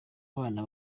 abana